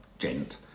Gent